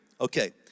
Okay